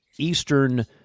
Eastern